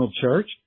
church